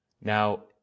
Now